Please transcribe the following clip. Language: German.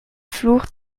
fluch